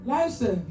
Luister